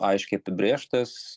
aiškiai apibrėžtas